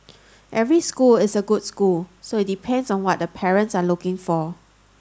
every school is a good school so it depends on what the parents are looking for